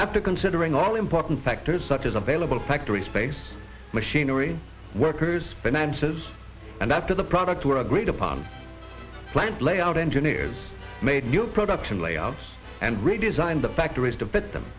after considering all important factors such as available factory space machinery workers finances and after the product were agreed upon plant layout engineers made new production layouts and redesigned the factories